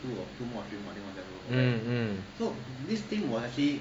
mm mm